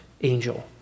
angel